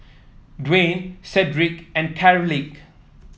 Dwaine Sedrick and Carleigh